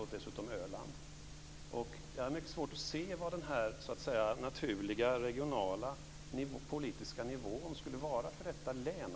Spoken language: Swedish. Jag har mycket svårt att se vad den naturliga regionala politiska nivån skulle vara för detta län.